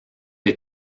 des